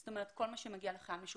זאת אומרת, כל מה שמגיע לחייל משוחרר.